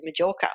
Majorca